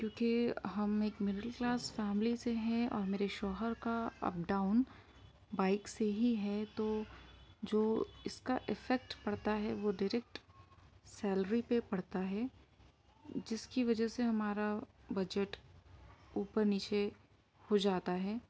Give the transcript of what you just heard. کیوں کہ ہم ایک مڈل کلاس فیملی سے ہیں اور میرے شوہر کا اپ ڈاؤن بائیک سے ہی ہے تو جو اس کا افیکٹ پڑتا ہے وہ ڈائریکٹ سیلری پہ پڑتا ہے جس کی وجہ سے ہمارا بجٹ اوپر نیچے ہو جاتا ہے